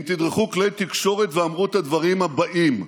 הם תדרכו כלי תקשורת ואמרו את הדברים הבאים,